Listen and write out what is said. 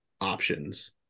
options